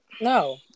No